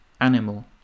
animal